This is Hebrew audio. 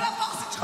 בוא לבוסית שלך,